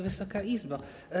Wysoka Izbo!